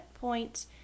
point